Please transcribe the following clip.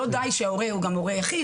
לא די שההורה הוא גם הורה יחיד.